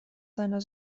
seiner